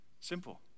Simple